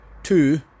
Two